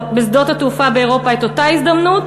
בשדות התעופה באירופה את אותה הזדמנות,